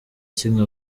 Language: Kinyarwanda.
kimwe